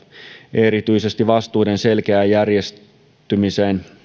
erityisesti vastuiden selkeään järjestymiseen